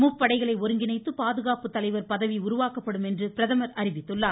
முப்படைகளை ஒருங்கிணைத்து பாதுகாப்பு தலைவர் பதவி உருவாக்கப்படும் என்று பிரதமர் அறிவித்துள்ளார்